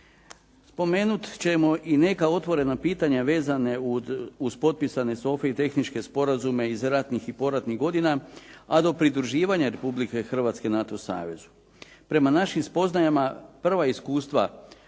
Spomenut ćemo i neka otvorena pitanja vezane uz potpisane …/Govornik se ne razumije./… i tehničke sporazume iz ratnih i poratnih godina, a do pridruživanja Republike Hrvatske NATO savezu. Prema našim spoznajama prva iskustva,